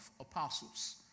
apostles